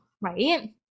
Right